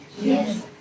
Yes